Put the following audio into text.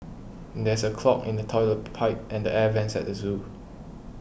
there is a clog in the Toilet Pipe and the Air Vents at the zoo